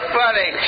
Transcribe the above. funny